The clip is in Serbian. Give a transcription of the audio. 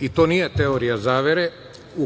i to nije teorija zavere